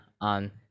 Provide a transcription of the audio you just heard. on